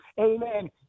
Amen